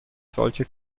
solche